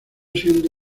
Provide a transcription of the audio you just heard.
siendo